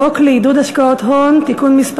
חוק לעידוד השקעות הון (תיקון מס'